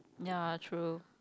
ya true